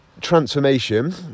transformation